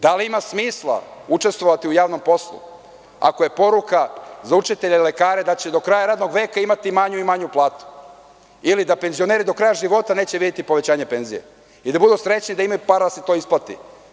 Da li ima smisla učestvovati u javnom poslu ako je poruka za učitelje, lekare da će do kraja radnog veka imati manju i manju platu ili da penzioneri do kraja života neće videti povećanje penzija i da budu srećni da ima para da se to isplati?